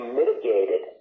mitigated